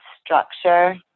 structure